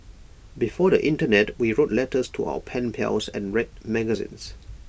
before the Internet we wrote letters to our pen pals and read magazines